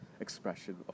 expression